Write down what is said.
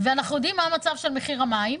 ואנחנו יודעים מה המצב של מחיר המים.